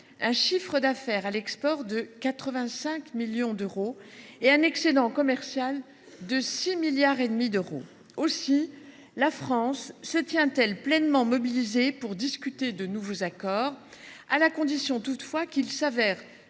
un chiffre d’affaires à l’export de 85 milliards d’euros, ainsi qu’un excédent commercial de 6,5 milliards d’euros. Aussi la France se tient elle pleinement mobilisée pour discuter de nouveaux accords, à la condition toutefois qu’ils s’avèrent